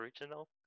original